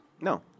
No